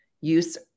use